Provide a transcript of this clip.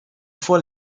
fois